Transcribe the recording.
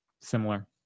similar